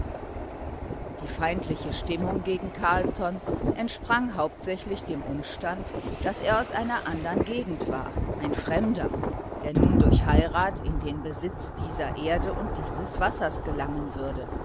die feindliche stimmung gegen carlsson entsprang hauptsächlich dem umstand daß er aus einer andern gegend war ein fremder der nun durch heirat in den besitz dieser erde und dieses wassers gelangen würde